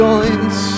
Joints